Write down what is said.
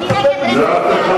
צריך לטפל בזה,